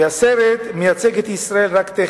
והסרט מייצג את ישראל רק טכנית.